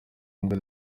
imbwa